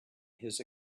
his